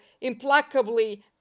implacably